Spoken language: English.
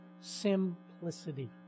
simplicity